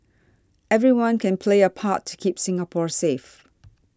everyone can play a part to keep Singapore safe